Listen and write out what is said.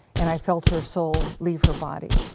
and i felt her soul leave her body.